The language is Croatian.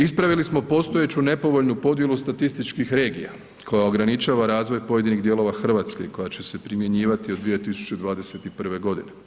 Ispravili smo postojeću nepovoljnu podjelu statističkih regija koja ograničava razvoj pojedinih dijelova Hrvatske, koja će se primjenjivati od 2021. godine.